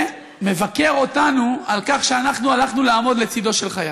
ומבקר אותנו על כך שאנחנו הלכנו לעמוד לצדו של חייל.